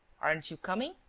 aren't you coming?